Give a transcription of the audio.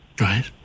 Right